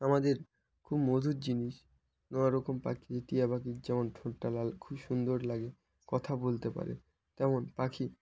আমাদের খুব মধুর জিনিস নানা রকম পাখি টিয়া পাখির যেমন ঠোঁটটা লাল খুব সুন্দর লাগে কথা বলতে পারে তেমন পাখি